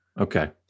Okay